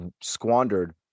squandered